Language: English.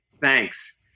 thanks